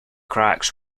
cracks